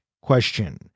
question